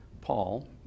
Paul